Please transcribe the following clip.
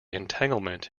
entanglement